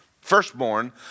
firstborn